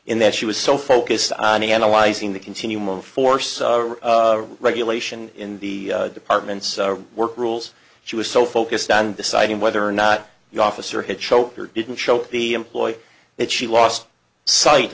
in that she was so focused on the analyzing the continuum of force regulation in the departments work rules she was so focused on deciding whether or not the officer had choked or didn't show the employ that she lost sight